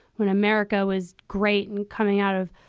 when america was great and coming out of,